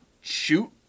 shoot